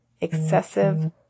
excessive